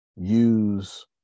use